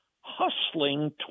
hustling